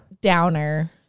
downer